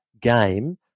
game